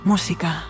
Música